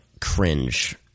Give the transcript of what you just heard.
cringe